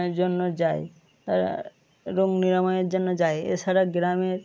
জন্য যায় তারা রোগ নিরাময়ের জন্য যায় এছাড়া গ্রামের